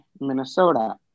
Minnesota